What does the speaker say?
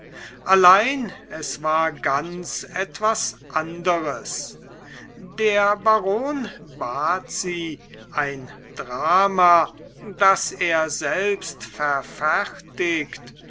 allein es war ganz etwas anderes der baron bat sie ein drama das er selbst verfertigt